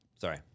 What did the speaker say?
Sorry